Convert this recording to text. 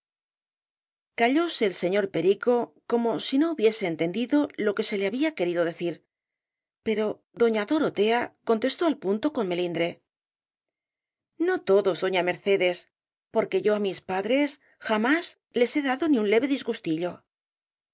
callóse el señor perico como si no hubiese entendido lo que se le había querido decir pero doña dorotea contestó al punto con melindre no todos doña mercedes porque yo á mis padres jamás les he dado ni un leve